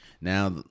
Now